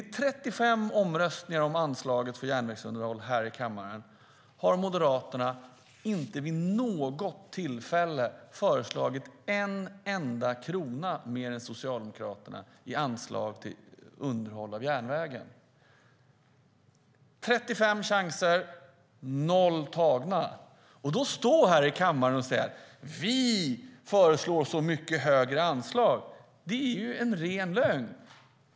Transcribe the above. I 35 omröstningar om anslaget för järnvägsunderhåll här i kammaren har Moderaterna inte vid något tillfälle föreslagit en enda krona mer än Socialdemokraterna i anslag till underhåll av järnvägen. Av 35 chanser har 0 tagits. Att stå här i kammaren och säga att man föreslår mycket högre anslag blir en ren lögn.